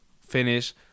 finish